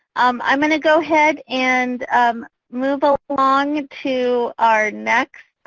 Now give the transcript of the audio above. um i'm going to go ahead and um move ah along to our next